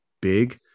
big